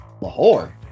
lahore